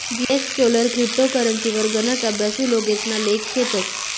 जीएसचोलर क्रिप्टो करेंसीवर गनच अभ्यासु लोकेसना लेख शेतस